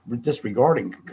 disregarding